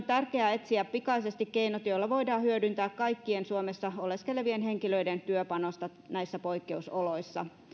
tärkeää etsiä pikaisesti keinot joilla voidaan hyödyntää kaikkien suomessa oleskelevien henkilöiden työpanosta näissä poikkeusoloissa